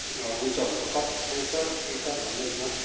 अँ हुन्छ हुन्छ कति चाहिन्छ के छ भन्नुहोस् न